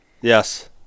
Yes